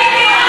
אנטישמים.